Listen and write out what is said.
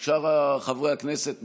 שאר חברי הכנסת,